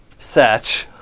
Satch